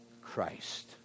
Christ